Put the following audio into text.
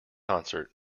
concert